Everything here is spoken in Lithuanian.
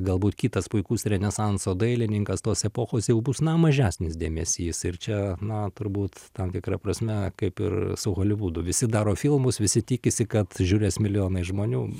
galbūt kitas puikus renesanso dailininkas tos epochos jau bus na mažesnis dėmesys ir čia na turbūt tam tikra prasme kaip ir su holivudu visi daro filmus visi tikisi kad žiūrės milijonai žmonių